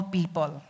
people